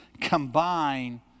combine